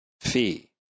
fee